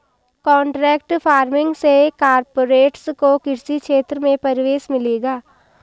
contract farming से corporates को कृषि क्षेत्र में प्रवेश मिलेगा